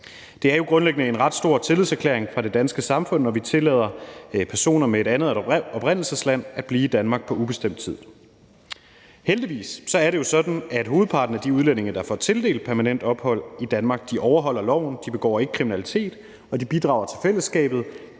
Det er jo grundlæggende en ret stor tillidserklæring fra det danske samfund, når vi tillader personer med et andet oprindelsesland at blive i Danmark på ubestemt tid. Heldigvis er det jo sådan, at hovedparten af de udlændinge, der får tildelt permanent ophold i Danmark, overholder loven. De begår ikke kriminalitet, og de bidrager til fællesskabet,